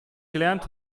gelernt